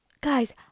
guys